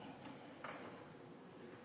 חברי חברי הכנסת המכובדים,